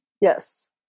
Yes